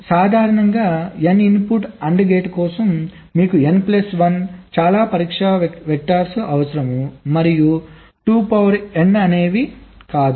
కాబట్టి సాధారణంగా n input AND gate కోసం మీకు n ప్లస్ 1 చాలా పరీక్ష వెక్టర్స్ అవసరం మరియు కాదు